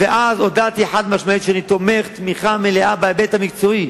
ואז הודעתי חד-משמעית שאני תומך תמיכה מלאה בהיבט המקצועי